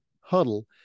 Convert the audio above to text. huddle